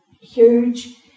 huge